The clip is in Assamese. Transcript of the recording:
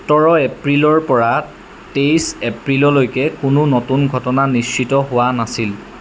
সোতৰ এপ্ৰিলৰ পৰা তেইছ এপ্ৰিললৈকে কোনো নতুন ঘটনা নিশ্চিত হোৱা নাছিল